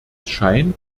scheint